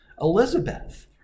Elizabeth